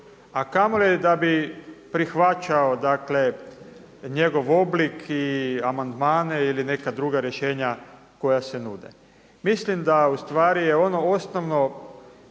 a kamoli da bi prihvaćao njegov oblik i amandmane ili neka druga rješenja koja se nude. Mislim da ustvari je ono osnovno